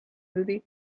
movie